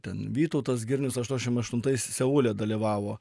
ten vytautas girnius aštuoniasdešim aštuntais seule dalyvavo